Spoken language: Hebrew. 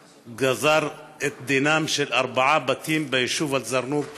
גזר את דינם של ארבעה בתים של היישוב אל-זרנוג להריסה.